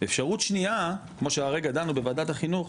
ואפשרות שנייה כמו שהרגע דנו בוועדת החינוך,